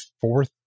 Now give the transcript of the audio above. fourth